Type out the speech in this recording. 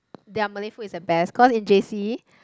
their Malay food is the best cause in j_c